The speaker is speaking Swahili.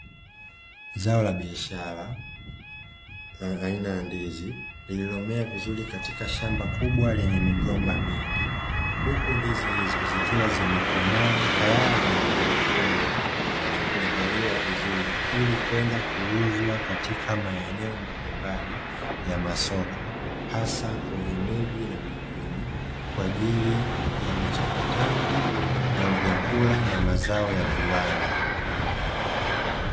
Zao la biashara ya ndizi lililoenea katika shamba kubwa lenye mogomba mingi, huku ndizi hizo zikiwa zimekomaa tayari kwa kuvunwa ili kwenda kuuzwa katika maeneo mbalimbali ya masoko hasa kwenye miji na vijijini kwaajiri ya uchakataji wa vyakula na mazao ya viwanda.